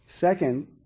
Second